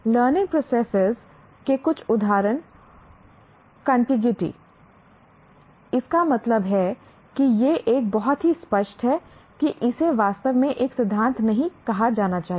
learning process के कुछ उदाहरण कॉन्टिगिटी इसका मतलब है कि यह एक बहुत ही स्पष्ट है कि इसे वास्तव में एक सिद्धांत नहीं कहा जाना चाहिए